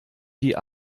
die